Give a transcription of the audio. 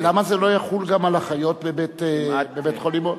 למה זה לא יחול גם על אחיות בבית-חולים או,